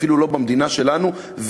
אפילו לא במדינה שלנו,